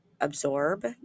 absorb